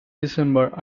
december